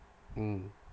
mm